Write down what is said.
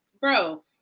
Bro